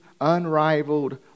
unrivaled